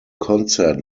concert